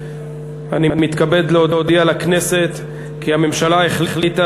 אני מתכבד להודיע לכנסת כי הממשלה החליטה